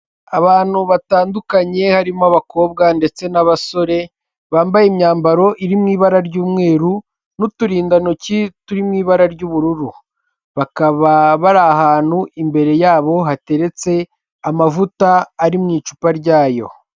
Abantu batandukanye, harimo abakobwa ndetse n'abasore, bambaye imyambaro iri mu ibara ry'umweru, n'uturindantoki turi mu ibara ry'ubururu. Bakaba bari ahantu, imbere yabo hateretse amavuta ari mu icupa ryayo.